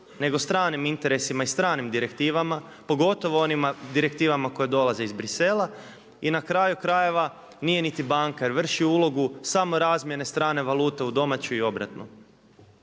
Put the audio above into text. nego stranim interesima i stranim direktivama pogotovo onim direktivama koje dolaze iz Bruxellesa. I na kraju krajeva nije niti banka jer vrši ulogu samo razmjene strane valute u domaću i obratno.